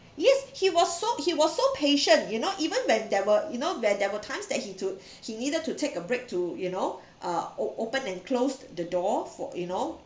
yes he was so he was so patient you know even when there were you know where there were times that he to~ he needed to take a break to you know uh o~ open and close the door for you know